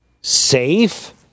safe